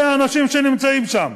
אלה האנשים שנמצאים שם.